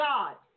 God